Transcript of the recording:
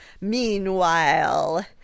Meanwhile